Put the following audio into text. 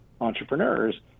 entrepreneurs